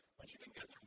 but you can get